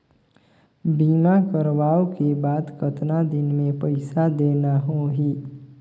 बीमा करवाओ के बाद कतना दिन मे पइसा देना हो ही?